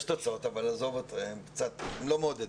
יש תוצאות אבל הן לא מעודדות.